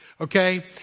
okay